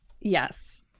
yes